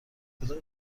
کدام